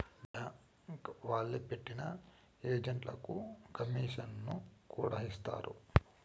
bank వాళ్లే పెట్టిన ఏజెంట్లకు కమీషన్లను కూడా ఇత్తారు